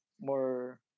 More